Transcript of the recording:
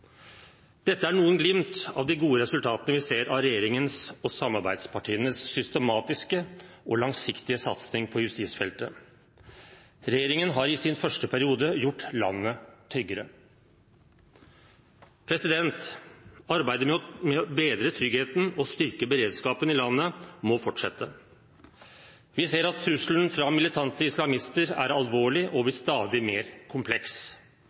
Dette er noen glimt av de gode resultatene vi ser av regjeringen og samarbeidspartienes systematiske og langsiktige satsing på justisfeltet. Regjeringen har i sin første periode gjort landet tryggere. Arbeidet med å bedre tryggheten og styrke beredskapen i landet må fortsette. Vi ser at trusselen fra militante islamister er alvorlig og blir stadig mer kompleks.